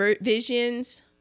visions